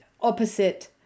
opposite